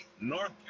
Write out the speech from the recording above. North